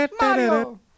Mario